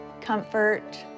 comfort